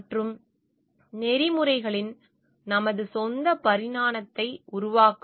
மற்றும் நெறிமுறைகளின் நமது சொந்த பரிணாமத்தை உருவாக்கவும்